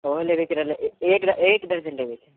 ओहो लेवेके रहलै एक दर्जन लेवेके हइ